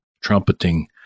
Trumpeting